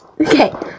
Okay